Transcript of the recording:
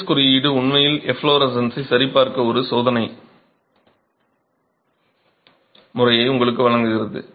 IS குறியீடு உண்மையில் எஃப்லோரசன்சை சரிபார்க்க ஒரு சோதனை முறையை உங்களுக்கு வழங்குகிறது